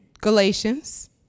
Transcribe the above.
Galatians